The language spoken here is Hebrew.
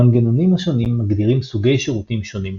המנגנונים השונים מגדירים סוגי שירותים שונים.